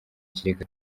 kigega